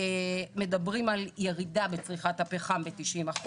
מדברים על ירידה בצריכת הפחם ב-90%,